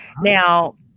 Now